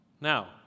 Now